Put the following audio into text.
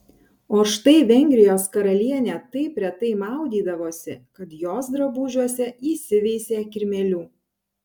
o štai vengrijos karalienė taip retai maudydavosi kad jos drabužiuose įsiveisė kirmėlių